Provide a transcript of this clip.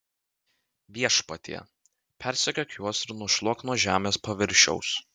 viešpatie persekiok juos ir nušluok nuo žemės paviršiaus